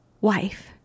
wife